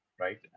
right